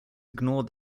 ignore